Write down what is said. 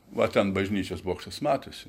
va ten bažnyčios bokštas matosi